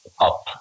up